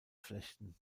flechten